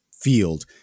field